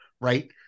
right